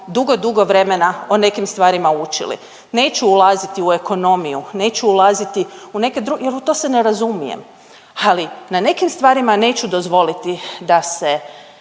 dugo, dugo vremena o nekim stvarima učili. Neću ulaziti u ekonomiju, neću ulaziti u neke dru… jer u to se ne razumijem, ali na nekim stvarima neću dozvoliti da se